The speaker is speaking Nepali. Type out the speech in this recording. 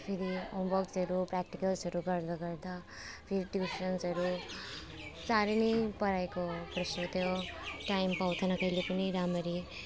फेरि होमवर्क्सहरू प्र्याक्टिकल्सहरू गर्दा गर्दा त यता फेरि ट्युसन्सहरू साह्रै नै पढाइको प्रेसर थियो टाइम पाउँथेन कहिले पनि राम्ररी